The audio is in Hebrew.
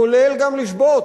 כולל גם לשבות,